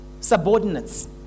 subordinates